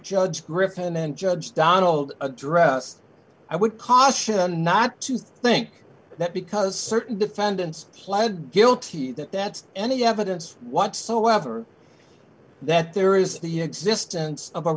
judge griffin and judge donald address i would caution not to think that because certain defendants pled guilty that that's any evidence whatsoever that there is the existence of a